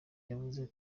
yavuze